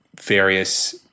various